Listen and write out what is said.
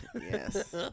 yes